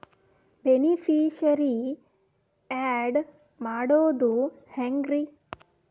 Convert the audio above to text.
Beneficiary, add ಮಾಡೋದು ಹೆಂಗ್ರಿ?